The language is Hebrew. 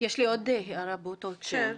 יש לי עוד הערה באותו הקשר.